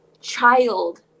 child